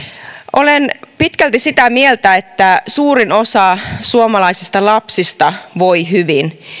olen pitkälti sitä mieltä että suurin osa suomalaisista lapsista voi hyvin